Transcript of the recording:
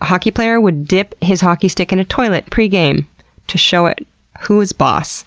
a hockey player, would dip his hockey stick in a toilet pregame to show it who is boss.